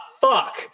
fuck